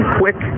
quick